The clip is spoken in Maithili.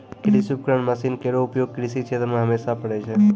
कृषि उपकरण मसीन केरो उपयोग कृषि क्षेत्र मे हमेशा परै छै